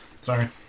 Sorry